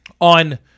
on